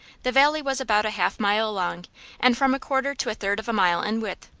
the valley was about a half mile long and from a quarter to a third of a mile in width.